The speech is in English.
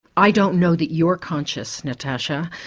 i don't know that you're conscious, natasha,